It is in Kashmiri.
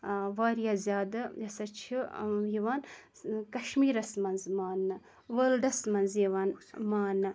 واریاہ زیادٕ یہِ ہَسا چھِ یِوان کَشمیٖرَس مَنٛز ماننہٕ وٲلڈَس منٛز یِوان ماننہٕ